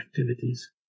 activities